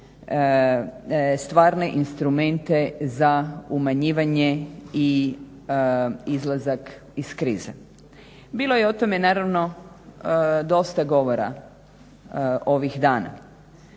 stvarne instrumente za umanjivanje i izlazak iz krize. Bilo je o tome naravno dosta govora ovih dana,